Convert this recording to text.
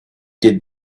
did